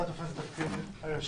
אתה תופס את כיסא היושב-ראש.